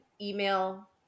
email